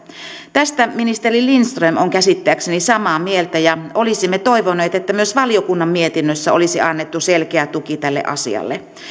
tästä ministeri lindström on käsittääkseni samaa mieltä ja olisimme toivoneet että myös valiokunnan mietinnössä olisi annettu selkeä tuki tälle asialle